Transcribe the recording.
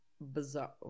bizarre